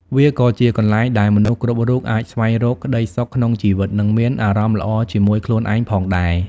វាក៏ជាកន្លែងដែលមនុស្សគ្រប់រូបអាចស្វែងរកក្តីសុខក្នុងជីវិតនិងមានអារម្មណ៍ល្អជាមួយខ្លួនឯងផងដែរ។